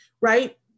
right